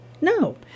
No